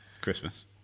Christmas